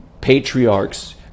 patriarchs